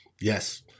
Yes